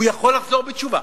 הוא יכול לחזור בתשובה,